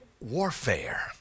warfare